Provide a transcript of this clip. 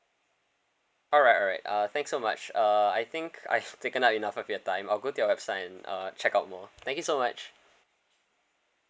alright alright uh thank so much uh I think I've taken up enough of your time I'll go to your website and uh check out more thank you so much